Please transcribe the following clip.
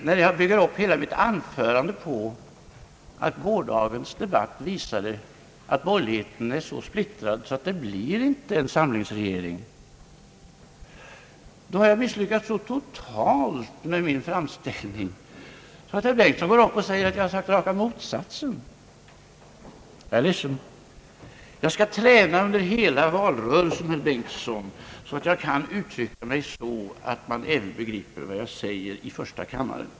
När jag bygger upp hela mitt anförande på att gårdagens debatt visade att borgerligheten är så splittrad, att det inte blir någon samlingsregering, då har jag så totalt misslyckats med min framställning, att herr Bengtson går upp och påstår att jag sagt raka motsatsen. Jag är ledsen, men jag skall träna under hela valrörelsen, herr Bengtson, så att jag kan uttrycka mig så, att man även i första kammaren begriper vad jag säger.